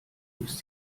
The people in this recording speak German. müsst